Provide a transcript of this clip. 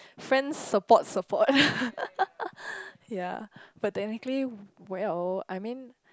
friends support support yea but technically well I mean